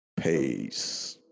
Peace